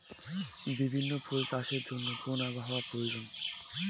বিভিন্ন ফুল চাষের জন্য কোন আবহাওয়ার প্রয়োজন?